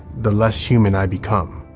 the less human i become.